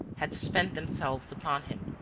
had spent themselves upon him,